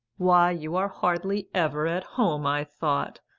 why, you are hardly ever at home, i thought,